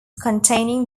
containing